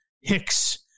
hicks